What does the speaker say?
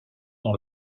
dans